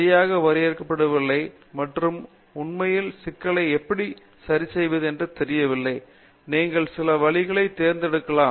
சரியாக வரையறுக்கப்படவில்லை மற்றும் உண்மையில் சிக்கலை எப்படி சரிசெய்வது என்று தெரியவில்லை நீங்கள் சில வழிகளை தேர்தெடுக்கலாம்